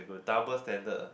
double standard ah